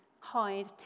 hide